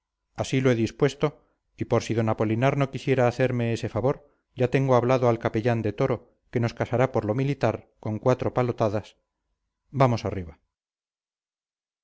así lo he dispuesto y por si don apolinar no quisiera hacerme ese favor ya tengo hablado al capellán de toro que nos casará por lo militar con cuatro palotadas vamos arriba